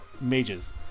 mages